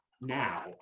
now